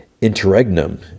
interregnum